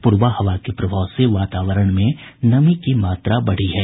प्रबा हवा के प्रभाव से वातावरण में नमी की मात्रा बढ़ी है